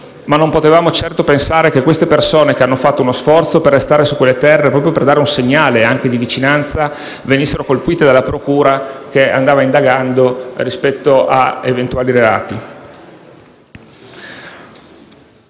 non potevamo certo pensare che queste persone, che hanno fatto uno sforzo per restare su quelle terre, proprio per dare un segnale anche di vicinanza, venissero colpite dalla procura che stava indagando rispetto a eventuali reati.